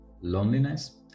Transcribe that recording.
loneliness